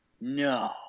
no